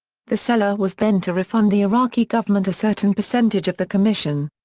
the seller was then to refund the iraqi government a certain percentage of the commission.